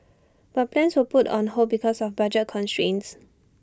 but plans were put on hold because of budget constraints